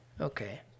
Okay